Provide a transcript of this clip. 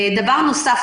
דבר נוסף,